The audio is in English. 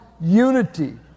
unity